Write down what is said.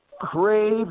Crave